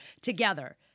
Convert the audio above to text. together